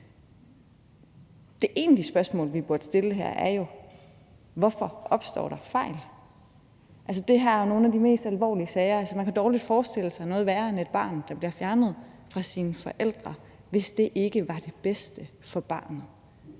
Det egentlig spørgsmål, vi burde stille, er jo, hvorfor der opstår fejl. Altså, det her er jo nogle af de mest alvorlige sager, og man kan dårligt forestille sig noget værre end et barn, der bliver fjernet fra sine forældre, hvis det ikke var det bedste for barnet,